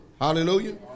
Hallelujah